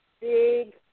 big